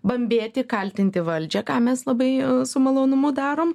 bambėti kaltinti valdžią ką mes labai su malonumu darom